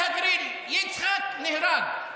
יצחק על הגריל, יצחק נהרג.